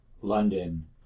London